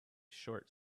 short